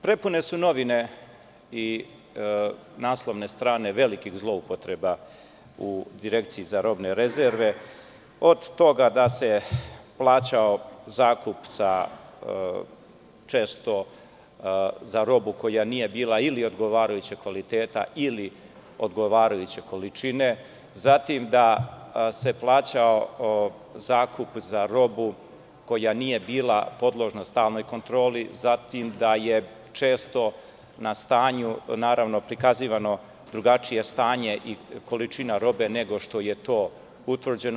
Prepune su novine i naslovne strane velikih zloupotreba u Direkciji za robne rezerve, od toga da se plaćao zakup za robu koja nije bila ili odgovarajućeg kvaliteta ili odgovarajuće količine, zatim da se plaćao zakup za robu koja nije bila podložna stalnoj kontroli, zatim da je često na stanju naravno prikazivano drugačije stanje i količina robe nego što je to utvrđeno.